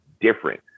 different